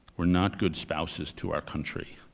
we're not good spouses to our country.